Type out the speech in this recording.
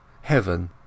Heaven